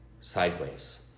sideways